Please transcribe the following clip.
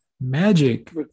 magic